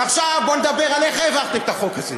ועכשיו בואו נדבר על איך העברתם את החוק הזה,